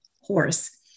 horse